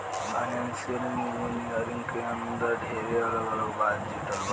financial engineering के अंदर ढेरे अलग अलग बात जुड़ल बा